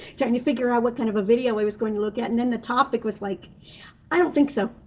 trying to figure out what kind of a video i was going to look at. and then the topic was like i don't think so.